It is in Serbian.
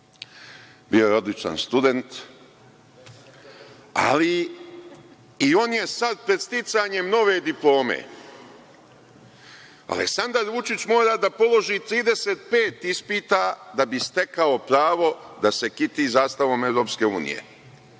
bio je odličan student, ali i on je sad pred sticanjem nove diplome. Aleksandar Vučić mora da položi 35 ispita da bi stekao pravo da se kiti zastavom Evropske unije,